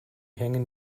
hängen